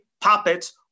puppets